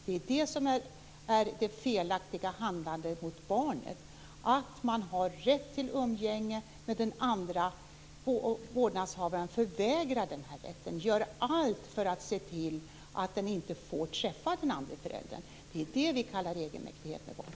Det är det som är det felaktiga handlandet mot barnet. Man har rätt till umgänge men vårdnadshavaren förvägrar den rätten och gör allt för att se till att barnet inte får träffa den andre föräldern. Det är det vi kallar egenmäktighet med barn.